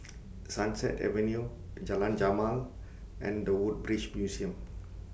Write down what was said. Sunset Avenue Jalan Jamal and The Woodbridge Museum